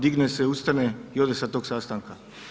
Digne se, ustane i ode sa tog sastanka.